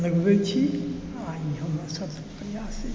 लगबै छी आओर इ हमर सभक प्रयास छी